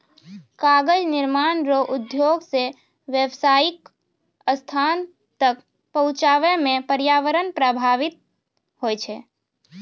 कागज निर्माण रो उद्योग से व्यावसायीक स्थान तक पहुचाबै मे प्रर्यावरण प्रभाबित होय छै